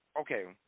okay